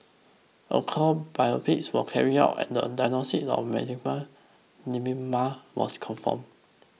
a core biopsy was carried out and the diagnosis of malignant lymphoma was confirmed